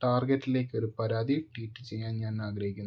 ടാർഗറ്റിലേക്ക് ഒരു പരാതി ട്വീറ്റ് ചെയ്യാൻ ഞാൻ ആഗ്രഹിക്കുന്നു